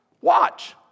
Watch